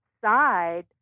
side